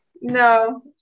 No